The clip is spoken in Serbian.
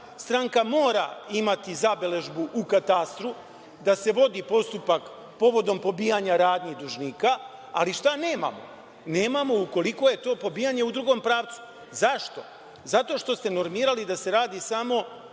Stranka mora imati zabeležbu u katastru da se vodi postupak povodom pobijanja radnji dužnika, ali šta nemamo? Nemamo ukoliko je to pobijanje u drugom pravcu. Zašto? Zato što ste normirali da se radi samo